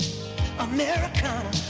americana